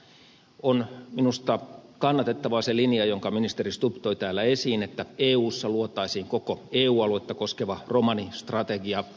minusta on kannatettava se linja jonka ministeri stubb toi täällä esiin että eussa luotaisiin koko eu aluetta koskeva romanistrategia